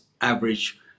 average